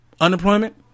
unemployment